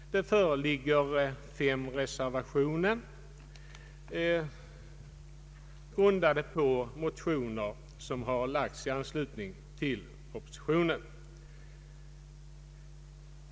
Det föreligger fem reservationer grundade på motioner i anslutning till propositionen.